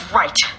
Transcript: right